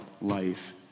life